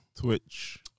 Twitch